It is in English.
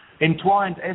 entwined